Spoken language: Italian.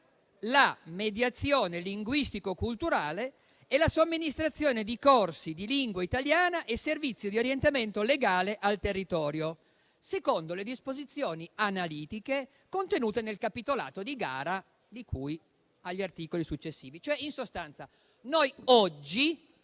la mediazione linguistico-culturale e la somministrazione di corsi di lingua italiana e servizio di orientamento legale e al territorio, secondo le disposizioni analitiche contenute nel capitolato di gara di cui agli articoli successivi.